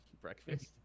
breakfast